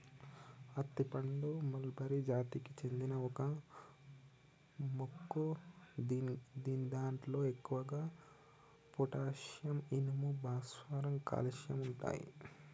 అత్తి పండు మల్బరి జాతికి చెందిన ఒక మొక్క గిదాంట్లో ఎక్కువగా పొటాషియం, ఇనుము, భాస్వరం, కాల్షియం ఉంటయి